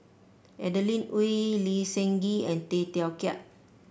Adeline Ooi Lee Seng Gee and Tay Teow Kiat